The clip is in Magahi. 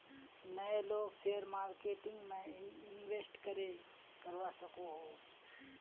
नय लोग शेयर मार्केटिंग में इंवेस्ट करे करवा सकोहो?